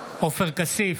בעד עופר כסיף,